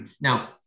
Now